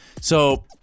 So-